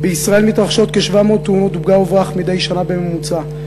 בישראל מתרחשות כ-700 תאונות פגע-וברח מדי שנה בממוצע,